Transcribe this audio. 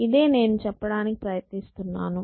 ఇదే నేను చెప్పడానికి ప్రయత్నిస్తున్నాను